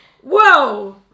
Whoa